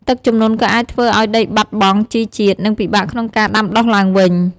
ទឹកជំនន់ក៏អាចធ្វើឱ្យដីបាត់បង់ជីជាតិ និងពិបាកក្នុងការដាំដុះឡើងវិញ។